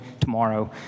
tomorrow